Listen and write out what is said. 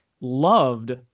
loved